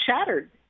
shattered